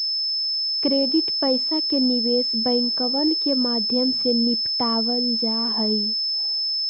credit पैसा के निवेश बैंकवन के माध्यम से निपटावल जाहई